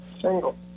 single